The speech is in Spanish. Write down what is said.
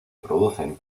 producen